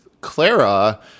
Clara